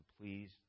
please